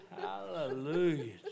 Hallelujah